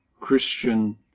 Christian